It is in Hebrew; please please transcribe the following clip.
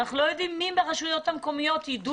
אנחנו לא יודעים מי ברשויות המקומיות יידע